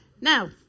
Now